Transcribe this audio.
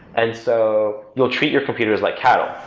and so you'll treat your computers like cattle,